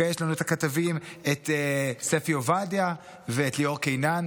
יש לנו את ספי עובדיה ואת ליאור קינן,